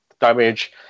damage